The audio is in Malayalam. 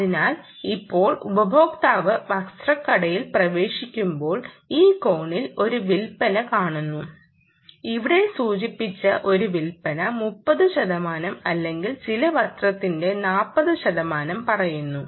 അതിനാൽ ഇപ്പോൾ ഉപയോക്താവ് വസ്ത്രക്കടയിൽ പ്രവേശിക്കുമ്പോൾ ഈ കോണിൽ ഒരു വിൽപ്പന കാണുന്നു ഇവിടെ സൂചിപ്പിച്ച ഒരു വിൽപ്പന 30 ശതമാനം അല്ലെങ്കിൽ ചില വസ്ത്രത്തിന്റെ 40 ശതമാനം പറയുന്നു